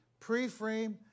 Preframe